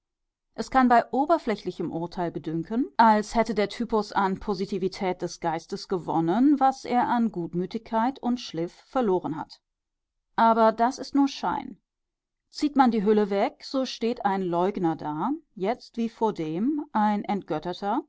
es kann bei oberflächlichem urteil bedünken als hätte der typus an positivität des geistes gewonnen was er an gutmütigkeit und schliff verloren hat aber das ist nur schein zieht man die hülle weg so steht ein leugner da jetzt wie vordem ein entgötterter